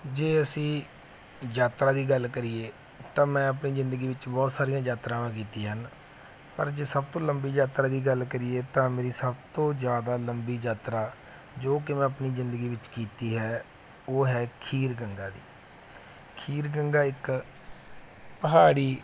ਜੇ ਅਸੀਂ ਯਾਤਰਾ ਦੀ ਗੱਲ ਕਰੀਏ ਤਾਂ ਮੈਂ ਆਪਣੀ ਜ਼ਿੰਦਗੀ ਵਿੱਚ ਬਹੁਤ ਸਾਰੀਆਂ ਯਾਤਰਾਵਾਂ ਕੀਤੀਆਂ ਹਨ ਪਰ ਜੇ ਸਭ ਤੋਂ ਲੰਬੀ ਯਾਤਰਾ ਦੀ ਗੱਲ ਕਰੀਏ ਤਾਂ ਮੇਰੀ ਸਭ ਤੋਂ ਜ਼ਿਆਦਾ ਲੰਬੀ ਯਾਤਰਾ ਜੋ ਕਿ ਮੈਂ ਆਪਣੀ ਜ਼ਿੰਦਗੀ ਵਿੱਚ ਕੀਤੀ ਹੈ ਉਹ ਹੈ ਖੀਰ ਗੰਗਾ ਦੀ ਖੀਰ ਗੰਗਾ ਇੱਕ ਪਹਾੜੀ